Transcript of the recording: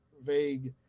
vague